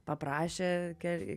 paprašė ker